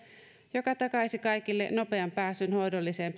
joka takaisi kaikille nopean pääsyn hoidolliseen